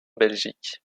belgique